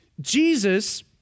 Jesus